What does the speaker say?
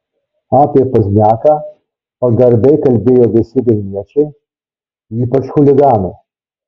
apie pozniaką pagarbiai kalbėdavo visi vilniečiai ypač chuliganai